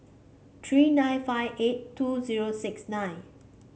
three nine five eight two zero six nine